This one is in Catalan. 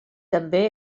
també